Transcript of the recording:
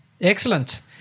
Excellent